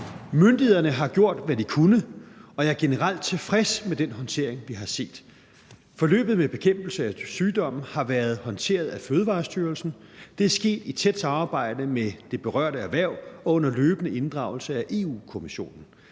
Myndighederne har gjort, hvad de kunne, og jeg er generelt tilfreds med den håndtering, vi har set. Forløbet med bekæmpelse af sygdommen har været håndteret af Fødevarestyrelsen, og det er sket i et tæt samarbejde med det berørte erhverv og under løbende inddragelse af Europa-Kommissionen.